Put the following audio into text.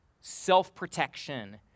self-protection